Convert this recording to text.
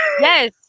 yes